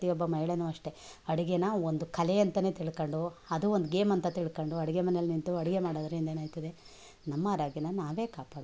ಪ್ರತಿಯೊಬ್ಬ ಮಹಿಳೆನು ಅಷ್ಟೇ ಅಡುಗೇನ ಒಂದು ಕಲೆ ಅಂತಾನೇ ತಿಳ್ಕೊಂಡು ಅದು ಒಂದು ಗೇಮ್ ಅಂತ ತಿಳ್ಕೊಂಡು ಅಡುಗೆ ಮನೇಲಿ ನಿಂತು ಅಡುಗೆ ಮಾಡೋದ್ರಿಂದ ಏನಾಯ್ತದೆ ನಮ್ಮ ಆರೋಗ್ಯನ ನಾವೇ ಕಾಪಾಡ್ಬೋದು